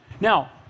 Now